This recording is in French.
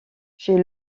chez